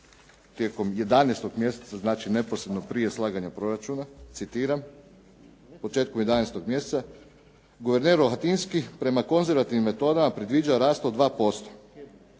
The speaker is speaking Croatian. tijekom 11. mjeseca, znači neposredno prije slaganja proračuna. Citiram: “Početkom 11. mjeseca guverner Rohatinski prema konzervativnim metodama predviđa rast od 2%.